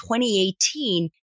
2018